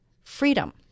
freedom